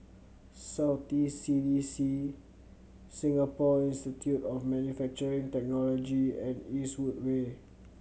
South East C D C Singapore Institute of Manufacturing Technology and Eastwood Way